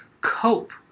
cope